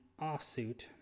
offsuit